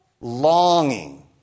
longing